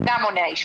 זה גם מונע אשפוז.